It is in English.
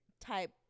type